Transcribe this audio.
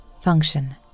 Function